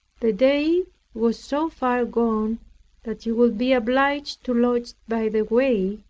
the day was so far gone that he would be obliged to lodge by the way.